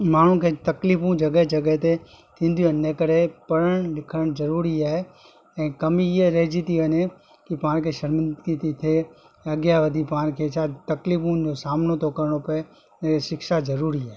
माण्हू खे तकलीफ़ूं जॻहि जॻहि ते थींदियूं आहिनि इन करे पढ़णु लिखणु ज़रूरी आहे ऐं कमी इहा रहिजी थी वञे की पाण खे शर्मिंदगी थी थिए अॻियां वधी पाण खे छा तकलीफ़ुनि जो सामिनो थो करिणो पए ऐं शिक्षा ज़रूरी आहे